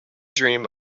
dream